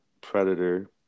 predator